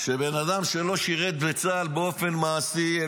שבן אדם שלא שירת בצה"ל באופן מעשי,